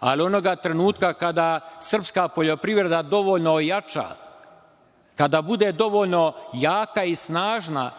ali onoga trenutka kada srpska poljoprivreda dovoljno ojača, kada bude dovoljno jaka i snažna